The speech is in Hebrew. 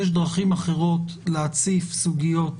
יש דרכים אחרות להציף סוגיות